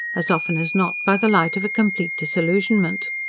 as often as not by the light of a complete disillusionment.